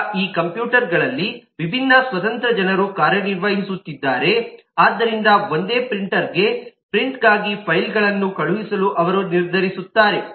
ಈಗ ಈ ಕಂಪ್ಯೂಟರ್ಗಳಲ್ಲಿ ವಿಭಿನ್ನ ಸ್ವತಂತ್ರ ಜನರು ಕಾರ್ಯನಿರ್ವಹಿಸುತ್ತಿದ್ದಾರೆ ಆದ್ದರಿಂದ ಒಂದೇ ಪ್ರಿಂಟರ್ಗೆ ಪ್ರಿಂಟ್ಗಾಗಿ ಫೈಲ್ಗಳನ್ನು ಕಳುಹಿಸಲು ಅವರು ನಿರ್ಧರಿಸುತ್ತಾರೆ